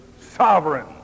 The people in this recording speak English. sovereign